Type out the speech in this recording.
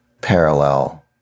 parallel